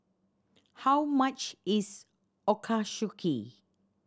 how much is Ochazuke